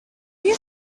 you